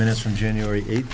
minutes from january eight